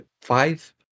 five